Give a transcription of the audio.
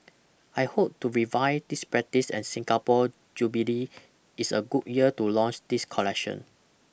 I hope to revive this practice and Singapore's jubilee is a good year to launch this collection